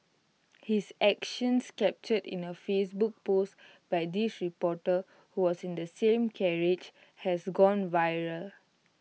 his action captured in A Facebook post by this reporter who was in the same carriage has gone viral